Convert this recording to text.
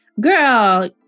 Girl